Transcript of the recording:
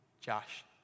Josh